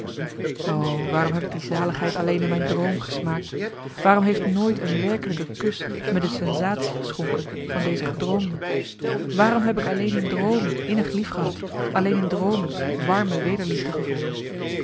waarom heb ik die zaligheid alleen in mijn droom gesmaakt waarom heeft nooit een werkelijke kus me de sensatie geschonken van deze gedroomde waarom heb ik alleen in droomen innig lief gehad alleen in droomen warme wederliefde gevonden